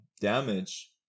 damage